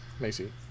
macy